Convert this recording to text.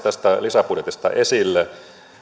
tästä lisäbudjetista esille